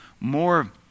more